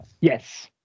Yes